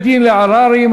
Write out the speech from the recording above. (בית-דין לעררים),